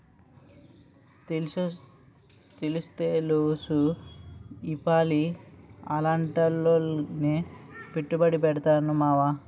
తెలుస్తెలుసు ఈపాలి అలాటాట్లోనే పెట్టుబడి పెడతాను మావా